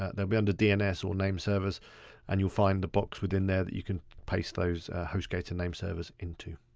ah they'll be under dns or name servers and you'll find the box within there that you can paste those hostgator name servers into.